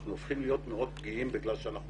אנחנו הופכים להיות מאוד פגיעים בגלל שאנחנו